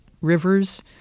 rivers